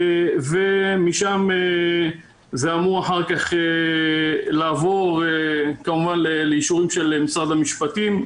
ומשם זה אמור אחר-כך לעבור כמובן לאישור של משרד המשפטים,